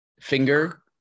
finger